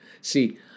See